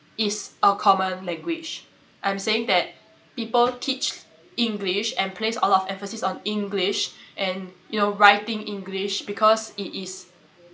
is a common language I'm saying that people teach english and placed all of emphasis on english and you know writing english because it is